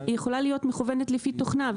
היא יכולה להיות מכוונת לפי תוכנה,